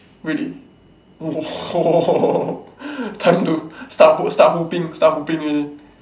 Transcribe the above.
really !whoa! time to start hoop start hooping start hooping already